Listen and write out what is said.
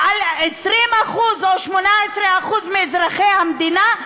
ועל 20% או 18% מאזרחי המדינה,